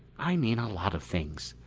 i mean a lot of things.